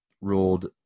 ruled